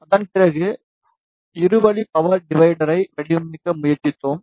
அதன் பிறகு இரு வழி பவர் டிவைடரை வடிவமைக்க முயற்சித்தோம்